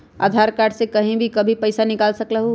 आधार card से कहीं भी कभी पईसा निकाल सकलहु ह?